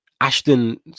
Ashton